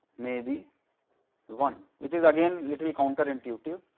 may be one, which is again little counter intuitive.